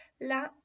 La